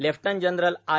lieutenant general I